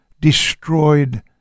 destroyed